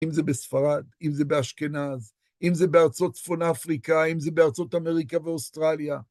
אם זה בספרד, אם זה באשכנז, אם זה בארצות צפון אפריקה, אם זה בארצות אמריקה ואוסטרליה.